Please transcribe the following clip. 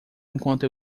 enquanto